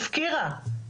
הפקירה,